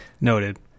Noted